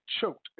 choked